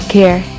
care